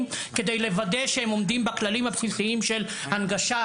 כדי לוודא שהם עומדים בכללים הבסיסיים של הנגשה,